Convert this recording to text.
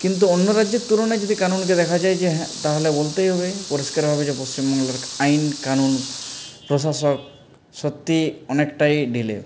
কিন্তু অন্য রাজ্যের তুলনায় যদি কানুনকে দেখা যায় যে হ্যাঁ তাহলে বলতেই হবে পরিষ্কারভাবে যে পশ্চিমবাংলার আইন কানুন প্রশাসক সত্যি অনেকটাই ঢিলে